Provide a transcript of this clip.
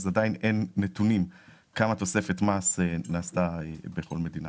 אז עדיין אין נתונים כמה תוספת מס נעשתה בכל מדינה.